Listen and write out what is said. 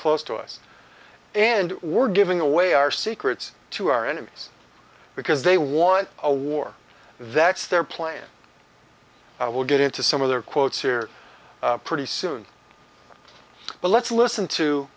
close to us and we're giving away our secrets to our enemies because they want a war that's their plan i will get into some of their quotes here pretty soon but let's listen to